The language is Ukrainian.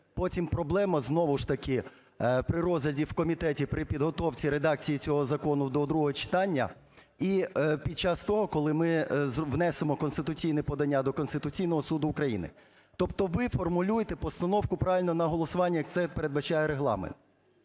потім проблема, знову ж таки, при розгляді в комітеті при підготовці редакції цього закону до другого читання і під час того, коли ми внесемо конституційне подання до Конституційного Суду України. Тобто ви формулюєте постановку правильно на голосування, як це передбачає Регламент.